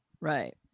Right